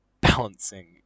balancing